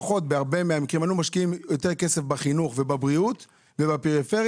אם היינו משקיעים יותר כסף בחינוך ובבריאות ובפריפריה,